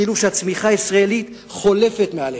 כאילו שהצמיחה הישראלית חולפת מעליהם.